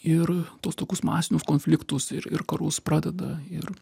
ir tuos tokius masinius konfliktus ir ir karus pradeda ir